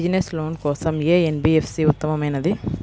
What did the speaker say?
Business loan కోసం ఏ NBFC ఉత్తమమైనది?